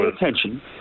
attention